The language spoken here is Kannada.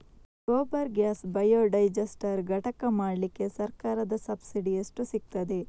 ಗೋಬರ್ ಗ್ಯಾಸ್ ಬಯೋಡೈಜಸ್ಟರ್ ಘಟಕ ಮಾಡ್ಲಿಕ್ಕೆ ಸರ್ಕಾರದ ಸಬ್ಸಿಡಿ ಎಷ್ಟು ಸಿಕ್ತಾದೆ?